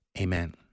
Amen